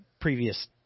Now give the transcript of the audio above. previous